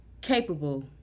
capable